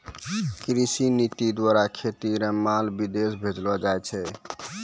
कृषि नीति द्वारा खेती रो माल विदेश भेजलो जाय छै